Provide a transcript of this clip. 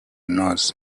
nose